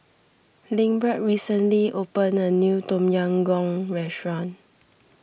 Lindbergh recently opened a new Tom Yam Goong restaurant